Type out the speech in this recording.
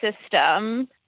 system